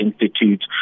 Institute